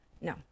no